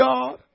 God